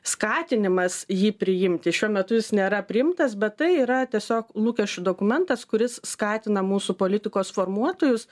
skatinimas jį priimti šiuo metu jis nėra priimtas bet tai yra tiesiog lūkesčių dokumentas kuris skatina mūsų politikos formuotojus